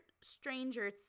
Stranger